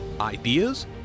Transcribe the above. Ideas